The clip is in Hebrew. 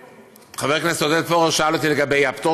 חבר הכנסת עודד פורר שאל אותי לגבי הפטור